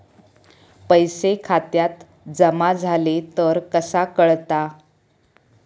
पैसे खात्यात जमा झाले तर कसा कळता?